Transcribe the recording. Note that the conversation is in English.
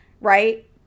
right